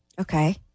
Okay